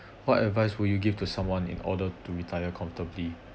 what advice would you give to someone in order to retire comfortably